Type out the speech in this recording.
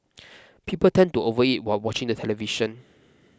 people tend to overeat while watching the television